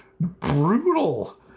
brutal